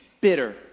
bitter